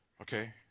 Okay